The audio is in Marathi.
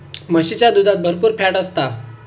म्हशीच्या दुधात भरपुर फॅट असता